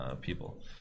people